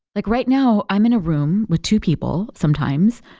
like right now, i'm in a room with two people, sometimes,